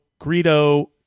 Greedo